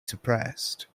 suppressed